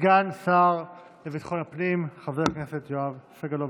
סגן השר לביטחון הפנים חבר הכנסת יואב סגלוביץ'.